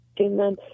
Amen